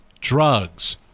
Drugs